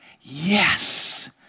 Yes